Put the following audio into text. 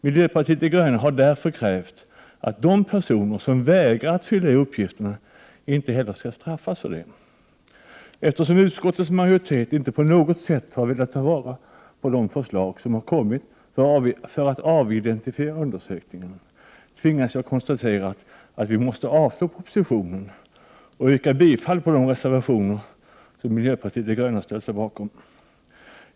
Miljöpartiet de gröna har därför krävt att de personer som vägrar att fylla i uppgifterna inte heller skall straffas för det. Eftersom utskottets majoritet inte på något sätt har velat ta vara på de förslag som har kommit för att avidentifiera undersökningen, tvingas jag konstatera att vi måste avslå propositionen, och jag yrkar bifall på de reservationer som miljöpartiet de gröna har ställt sig bakom.